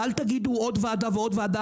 אל תגידו: "עוד ועדה"